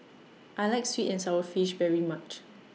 I like Sweet and Sour Fish very much